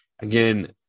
again